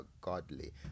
godly